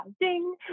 ding